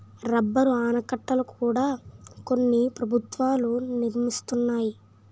rubber ఆనకట్టల కూడా కొన్ని ప్రభుత్వాలు నిర్మిస్తున్నాయి